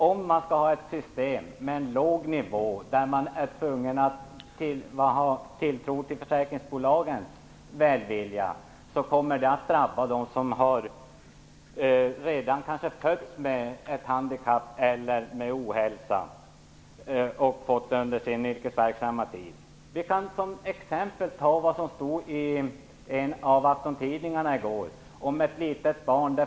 Om man skall ha ett system med en låg nivå och om man är tvungen att förlita sig på försäkringsbolagens välvilja, kommer detta att drabba dem som är födda med ett handikapp eller med ohälsa eller dem som har blivit handikappade under sitt yrkesverksamma liv. Jag vill ta upp ett exempel. I en av aftontidningarna i går stod det om ett litet barn.